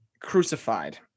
Crucified